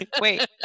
wait